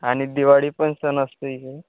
आणि दिवाळी पण सण असते